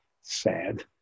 sad